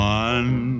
one